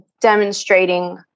demonstrating